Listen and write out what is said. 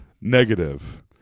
Negative